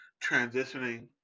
transitioning